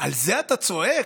על זה אתה צועק?